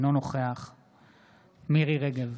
אינו נוכח מירי מרים רגב,